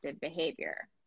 behavior